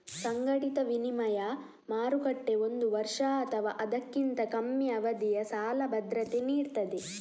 ಸಂಘಟಿತ ವಿನಿಮಯ ಮಾರುಕಟ್ಟೆ ಒಂದು ವರ್ಷ ಅಥವಾ ಅದಕ್ಕಿಂತ ಕಮ್ಮಿ ಅವಧಿಯ ಸಾಲ ಭದ್ರತೆ ನೀಡ್ತದೆ